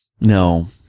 No